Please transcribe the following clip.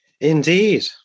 Indeed